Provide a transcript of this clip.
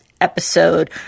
episode